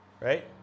right